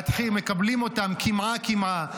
מקבלים אותם קמעה-קמעה.